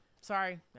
Sorry